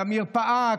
למרפאה,